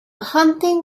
hunting